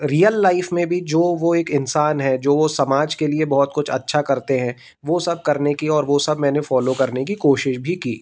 real life में भी जो वो एक इंसान है जो वो समाज के लिए बहुत कुछ अच्छा करते हैं वो सब करने की और वो सब मैंने फॉलो करने की कोशिश भी की